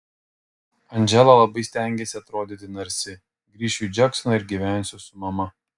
andžela labai stengiasi atrodyti narsi grįšiu į džeksoną ir gyvensiu su mama